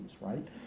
right